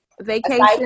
Vacation